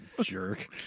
jerk